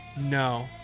No